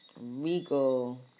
Regal